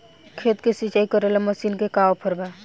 खेत के सिंचाई करेला मशीन के का ऑफर बा?